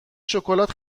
شکلات